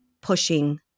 pushing